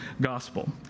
gospel